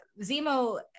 Zemo